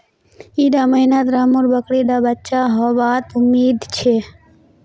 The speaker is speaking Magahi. इड़ा महीनात रामु र बकरी डा बच्चा होबा त उम्मीद छे